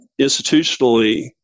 institutionally